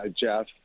Jeff